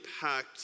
packed